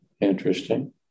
Interesting